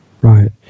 Right